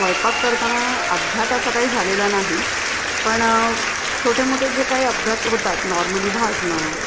स्वयपाक करताना अपघात असा काही झालेला नाही पण छोटेमोठे जे काही अपघात होतात नॉर्मली भाजणं